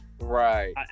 Right